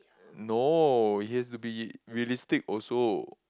no it has to be realistic also